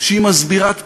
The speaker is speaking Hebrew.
שהיא מסבירת פנים,